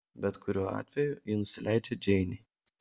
bet kuriuo atveju ji nusileidžia džeinei